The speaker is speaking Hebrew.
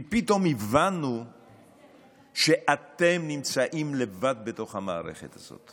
כי פתאום הבנו שאתם נמצאים לבד בתוך המערכת הזאת